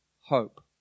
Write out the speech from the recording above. hope